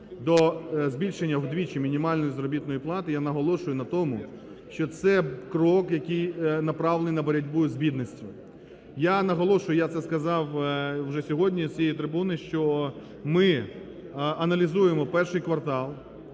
до збільшення вдвічі мінімальної заробітної плати, я наголошую на тому, що це крок, який направлений на боротьбу з бідністю. Я наголошую, я це сказав уже сьогодні з цієї трибуни, що ми аналізуємо І квартал,